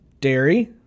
Dairy